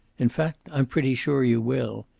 in fact, i'm pretty sure you will.